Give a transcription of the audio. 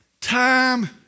Time